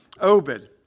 Obed